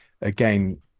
Again